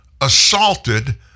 assaulted